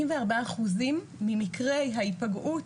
44% ממקרי ההיפגעות,